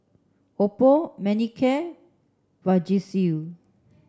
Oppo Manicare Vagisil